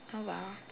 oh !wow!